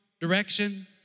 direction